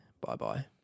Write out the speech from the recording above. Bye-bye